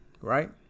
Right